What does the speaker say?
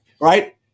right